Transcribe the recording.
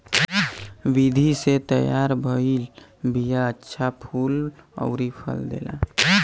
विधि से तैयार भइल बिया अच्छा फूल अउरी फल देला